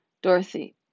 Dorothy